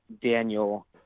Daniel